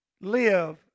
live